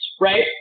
Right